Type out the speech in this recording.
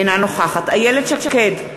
אינה נוכחת איילת שקד,